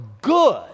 good